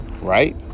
Right